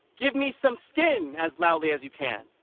give me some skin. as loudly as you can.